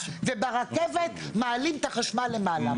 וברכבת מעלים את החשמל למעלה.